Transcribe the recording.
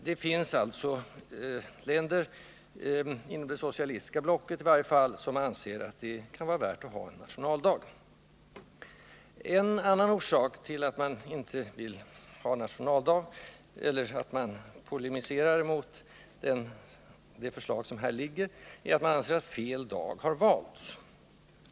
Det finns alltså länder, i varje fall inom det socialistiska blocket, som anser att det kan vara värt att ha en nationaldag. En annan orsak till att man inte vill ha en nationaldag eller till att man polemiserar mot det förslag som nu framlagts är att man ansett att fel dag har valts.